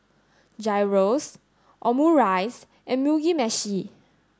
Gyros Omurice and Mugi meshi